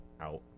out